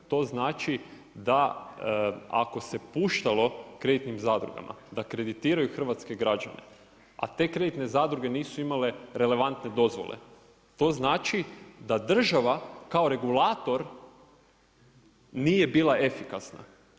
To znači da ako se puštalo kreditnim zadrugama da kreditiraju hrvatske građane, a te kreditne zadruge nisu imale relevantne dozvole, to znači da država kao regulator nije bila efikasna.